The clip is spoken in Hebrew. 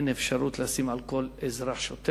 אין אפשרות לשים על כל אזרח שוטר.